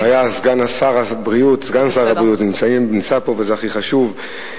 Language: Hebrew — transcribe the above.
סגן שר הבריאות נמצא פה, וזה הכי חשוב.